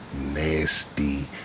nasty